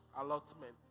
allotment